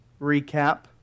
recap